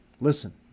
Listen